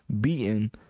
beaten